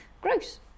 Gross